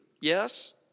Yes